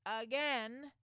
again